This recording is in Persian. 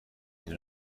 این